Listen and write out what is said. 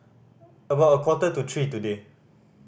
after a quarter to three today